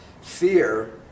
Fear